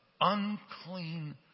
unclean